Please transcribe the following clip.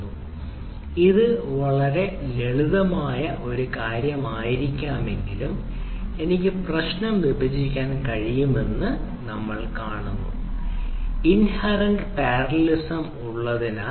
ഇവിടെ ഇത് വീണ്ടും ലളിതമായ ഒരു കാര്യമായിരിക്കാമെങ്കിലും എനിക്ക് ഒരു പ്രശ്നം വിഭജിക്കാൻ കഴിയുമെന്ന് നമ്മൾ കാണുന്നു ഇന്ഹരന്റ പാരലൽലിസം ഉള്ളതിനാ